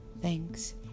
Thanks